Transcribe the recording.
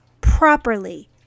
properly